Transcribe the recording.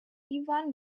ivan